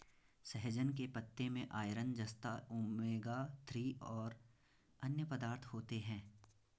सहजन के पत्ते में आयरन, जस्ता, ओमेगा थ्री और अन्य पदार्थ होते है